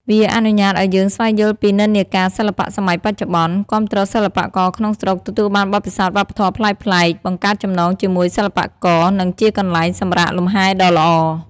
វាអនុញ្ញាតឲ្យយើងស្វែងយល់ពីនិន្នាការសិល្បៈសម័យបច្ចុប្បន្ន គាំទ្រសិល្បករក្នុងស្រុក ទទួលបានបទពិសោធន៍វប្បធម៌ប្លែកៗ បង្កើតចំណងជាមួយសិល្បករ និងជាកន្លែងសម្រាកលំហែដ៏ល្អ។